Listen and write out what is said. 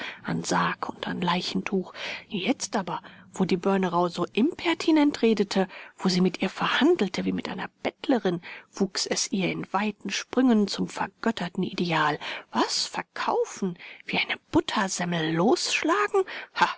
an sarg und an leichentuch jetzt aber wo die börnerau so impertinent redete wo sie mit ihr verhandelte wie mit einer bettlerin wuchs es ihr in weiten sprüngen zum vergötterten idol was verkaufen wie eine buttersemmel losschlagen